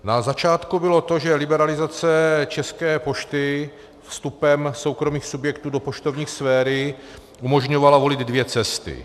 Na začátku bylo to, že liberalizace České pošty vstupem soukromých subjektů do poštovní sféry umožňovala volit dvě cesty.